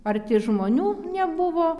arti žmonių nebuvo